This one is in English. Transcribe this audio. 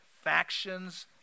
factions